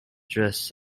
dress